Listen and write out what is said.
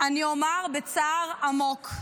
אני אומר בצער עמוק: